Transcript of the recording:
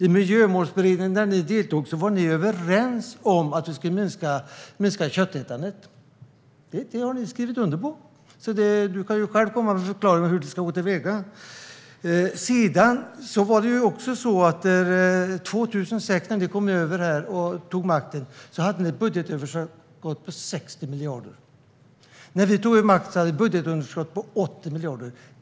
I miljömålsberedningen, där ni deltog, var ni överens om att vi skulle minska köttätandet. Det har ni skrivit under på. Du kan ju själv komma med en förklaring av hur man ska gå till väga. Under 2006 när ni tog över makten var det ett budgetöverskott på 60 miljarder. När vi tog över makten var budgetunderskottet 80 miljarder.